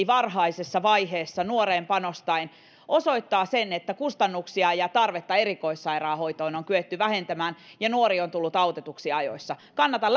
varhaisessa vaiheessa nuoreen panostaen mikä on saanut aikaan sen että kustannuksia ja tarvetta erikoissairaanhoitoon on kyetty vähentämään ja nuori on tullut autetuksi ajoissa kannatan